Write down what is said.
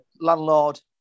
landlord